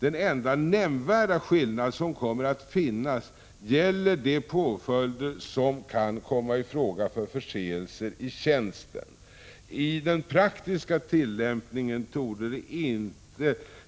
Den enda nämnvärda skillnad, som kommer att finnas, gäller de påföljder som kan komma i fråga för förseelser i tjänsten. I den praktiska tillämpningen torde